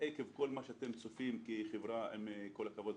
עם כל הכבוד,